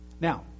Now